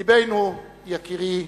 לבֵּנוּ, יקירי,